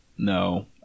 No